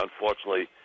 Unfortunately